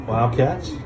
Wildcats